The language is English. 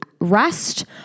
rest